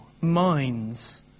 Minds